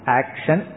action